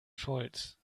schulz